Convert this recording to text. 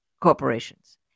corporations